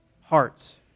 hearts